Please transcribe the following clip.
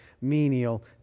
menial